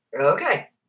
Okay